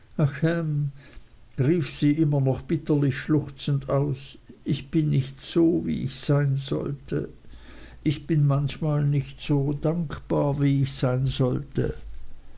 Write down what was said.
rief sie immer noch bitterlich schluchzend aus ich bin nicht so wie ich sein sollte ich bin manchmal nicht so dankbar wie ich sein sollte